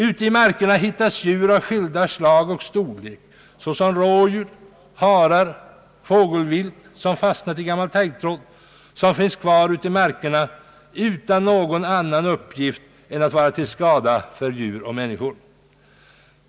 Ute i markerna hittas djur av skilda slag och olika storlek — rådjur, harar och fågel — som fastnat i gammal taggtråd vilken finns kvar utan någon annan uppgift än att vara till skada för djur och människor.